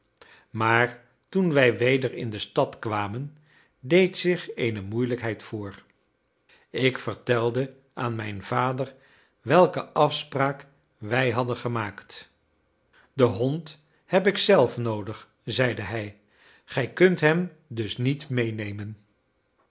maar toen wij weder in de stad kwamen deed zich eene moeilijkheid voor ik vertelde aan mijn vader welke afspraak wij hadden gemaakt den hond heb ik zelf noodig zeide hij gij kunt hem dus niet meenemen